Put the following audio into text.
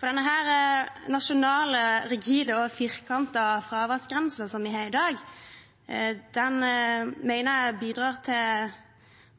For denne nasjonale, rigide og firkantede fraværsgrensen som vi har i dag, mener jeg bidrar til